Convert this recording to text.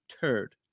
turd